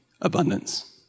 abundance